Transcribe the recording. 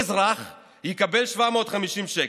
הנוסחה היא פשוט גאונית: כל אזרח יקבל 750 שקל,